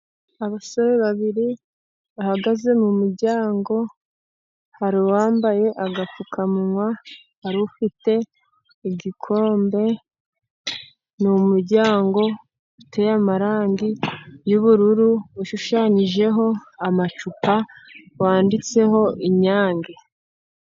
Abasore babiri bahagaze mu muryango, hari uwambaye agapfukamunwa, hari ufite igikombe, ni umuryango uteyeho amarangi y'ubururu, ushushanyijeho amacupa, wanditseho Inyange.